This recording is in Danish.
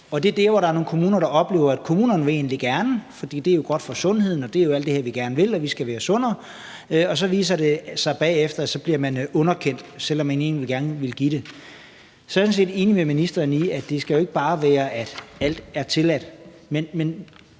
det er der, hvor man i nogle kommuner oplever, at kommunen egentlig gerne vil lave det, for det er godt for sundheden, og det er jo alt det her, som vi gerne vil, nemlig at vi skal være sundere – men så viser det sig bagefter, at man bliver underkendt, selv om man egentlig gerne ville give det. Så jeg er sådan set enig med ministeren i, at det ikke bare skal være sådan, at alt er tilladt. Men